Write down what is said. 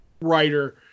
writer